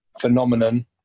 phenomenon